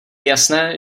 jasné